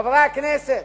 חברי הכנסת,